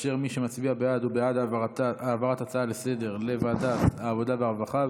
מי שמצביע בעד הוא בעד העברת ההצעה לסדר-היום לוועדת העבודה והרווחה,